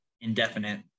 indefinite